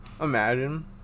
imagine